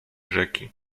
rzeki